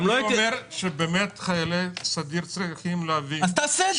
אני אומר שחיילי הסדיר צריכים להבין -- אז תעשה את זה.